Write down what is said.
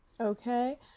okay